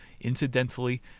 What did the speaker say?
Incidentally